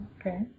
okay